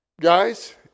Guys